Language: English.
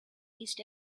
east